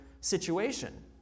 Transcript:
situation